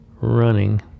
running